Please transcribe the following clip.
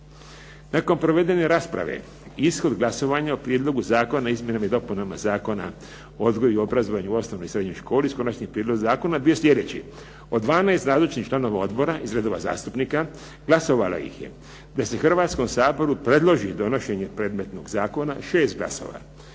Nakon provedene rasprave ishod glasovanja o Prijedlogu zakona o izmjenama i dopunama Zakona o odgoju i obrazovanju u osnovnoj i srednjoj školi s Konačnim prijedlogom zakona bio sljedeći. Od 12 nazočnih članova odbora iz redova zastupnika glasovalo ih je da se Hrvatskom saboru predloži donošenje predmetnog zakona 6 glasova.